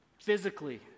physically